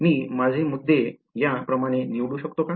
मी माझे मुद्दे या प्रमाणे निवडू शकतो का